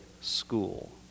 School